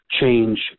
change